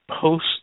post